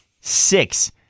Six